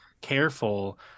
careful